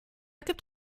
gibt